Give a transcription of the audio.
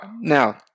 now